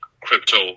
crypto